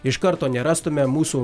iš karto nerastume mūsų